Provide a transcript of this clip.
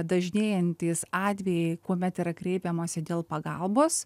dažnėjantys atvejai kuomet yra kreipiamasi dėl pagalbos